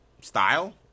style